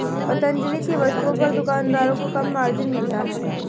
पतंजलि की वस्तुओं पर दुकानदारों को कम मार्जिन मिलता है